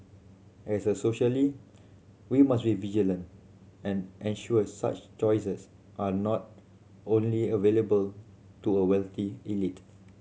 as a socially we must be vigilant and ensure such choices are not only available to a wealthy elite